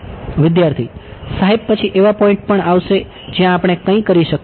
વિદ્યાર્થી સાહેબ પછી એવા પોઈન્ટ પણ આવશે જ્યાં આપણે કંઈ કરી શકતા નથી